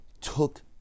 took